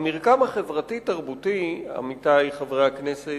המרקם החברתי-התרבותי, עמיתי חברי הכנסת,